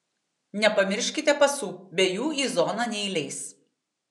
nepamirškite pasų be jų į zoną neįleis